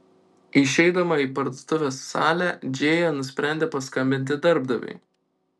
išeidama į parduotuvės salę džėja nusprendė paskambinti darbdaviui